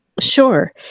Sure